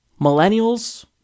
Millennials